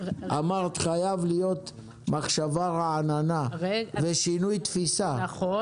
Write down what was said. אמרת שחייבת להיות מחשבה רעננה ושינוי תפיסה -- נכון.